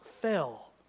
fell